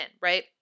right